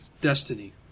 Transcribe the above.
destiny